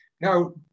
now